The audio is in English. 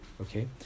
okay